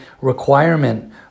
requirement